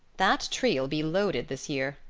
that tree'll be loaded this year.